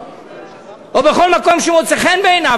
או בכל מקום שמוצא חן בעיניו?